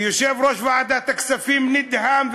ויושב-ראש ועדת הכספים נדהם,